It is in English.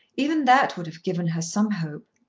even that would have given her some hope.